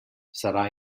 serà